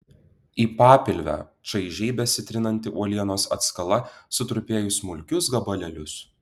į papilvę čaižiai besitrinanti uolienos atskala sutrupėjo į smulkius gabalėlius